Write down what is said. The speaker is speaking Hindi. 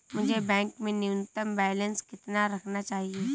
मुझे बैंक में न्यूनतम बैलेंस कितना रखना चाहिए?